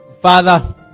Father